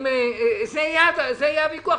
זה יהיה הוויכוח.